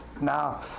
now